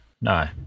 No